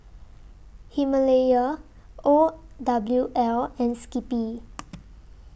Himalaya O W L and Skippy